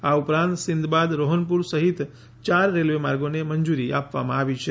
આ ઉપરાંત સિંધાબાદ રોહનપુર સહિત ચાર રેલવે માર્ગોને મંજૂરી આપવામાં આવી છે